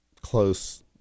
close